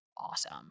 awesome